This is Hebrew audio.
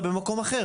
אתה במקום אחר.